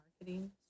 marketing